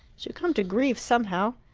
she'll come to grief somehow.